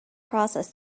process